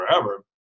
forever